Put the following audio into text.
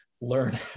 learn